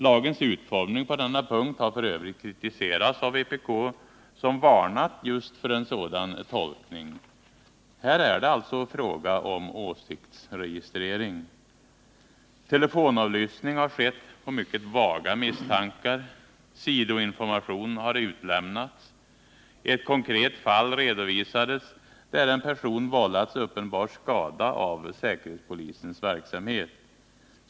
Lagens utformning på denna punkt har f. ö. kritiserats av vpk, som varnat just för en sådan tolkning. Här är det alltså fråga om åsiktsregistrering. Telefonavlyssning har skett på mycket vaga misstankar. Sidoinformation har utlämnats. Ett konkret fall redovisades, där en person vållats uppenbar skada av säkerhetspolisens verksamhet.